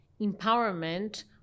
empowerment